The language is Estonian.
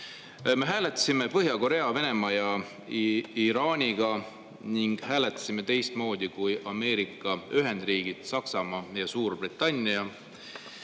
Me hääletasime Põhja-Korea, Venemaa ja Iraaniga teistmoodi kui Ameerika Ühendriigid, Saksamaa ja Suurbritannia.